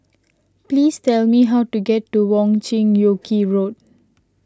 please tell me how to get to Wong Chin Yoke Road